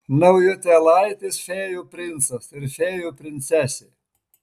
naujutėlaitis fėjų princas ir fėjų princesė